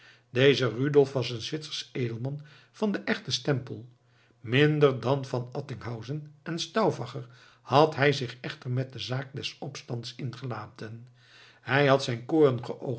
deze rudolf was een zwitsersch edelman van den echten stempel minder dan van attinghausen en stauffacher had hij zich echter met de zaak des opstands ingelaten hij had zijn